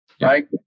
Right